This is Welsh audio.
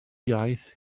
iaith